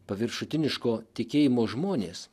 paviršutiniško tikėjimo žmonės